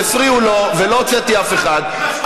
הפריעו לו ולא הוצאתי אף אחד,